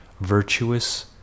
virtuous